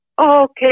okay